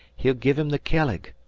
he'll give him the kelleg.